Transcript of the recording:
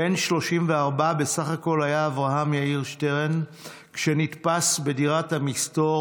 בן 34 בסך הכול היה אברהם יאיר שטרן כשנתפס בדירת המסתור